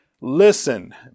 Listen